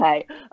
Okay